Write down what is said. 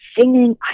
singing